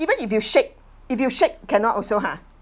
even if you shake if you shake cannot also ha